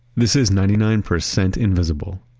this is ninety nine percent invisible,